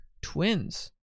Twins